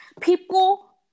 people